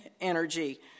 energy